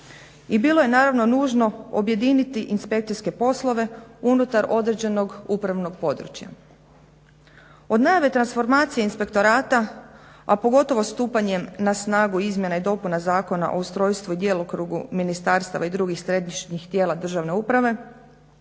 I bilo je naravno nužno objediniti inspekcijske poslove unutar određenog upravnog područja. Od najave transformacije inspektorata, a pogotovo stupanjem na snagu izmjena i dopuna Zakona o ustrojstvu i djelokrugu ministarstava i drugih središnjih tijela državne uprave